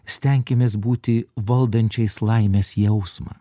stenkimės būti valdančiais laimės jausmą